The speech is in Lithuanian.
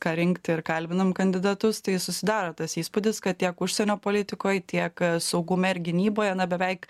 ką rinkti ir kalbinam kandidatus tai susidaro tas įspūdis kad tiek užsienio politikoj tiek saugume ir gynyboje na beveik